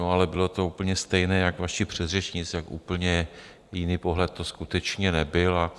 No ale bylo to úplně stejné jako vaši předřečníci, úplně jiný pohled to skutečně nebyl.